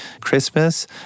Christmas